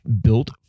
built